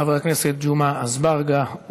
חבר הכנסת ג'מעה אזברגה.